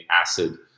acid